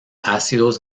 ácidos